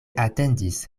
atendis